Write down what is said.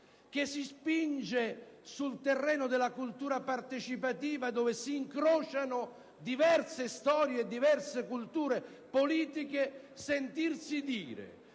si spinge sul terreno della cultura partecipativa dove si incrociano diverse storie e diverse culture politiche. Per